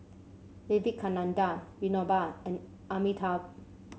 Vivekananda Vinoba and Amitabh